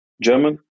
German